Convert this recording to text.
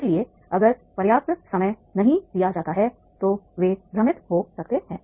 इसलिए अगर पर्याप्त समय नहीं दिया जाता है तो वे भ्रमित हो सकते हैं